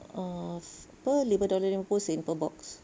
uh apa lima dollar lima puluh sen per box